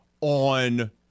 on